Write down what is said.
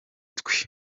twe